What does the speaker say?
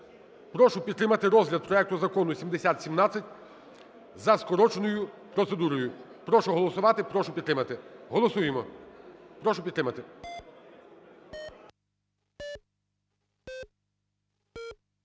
прошу підтримати розгляд проекту Закону 7017 за скороченою процедурою. Прошу голосувати, прошу підтримати. Голосуємо, прошу підтримати.